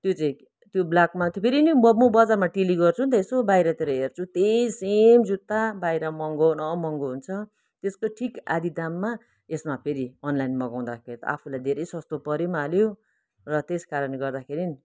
त्यो चाहिँ त्यो ब्ल्याकमा त्यो फेरि नि ब म बजारमा ट्याली गर्छु नि त यसो बाहिरतिर हेर्छु त्यही सेम जुत्ता बाहिर महँगो न महँगो हुन्छ त्यसको ठिक आधा दाममा यसमा फेरि अनलाइन मगाउँदाखेरि त आफूलाई धेरै सस्तो परी पनि हाल्यो र त्यसकारणले गर्दाखेरि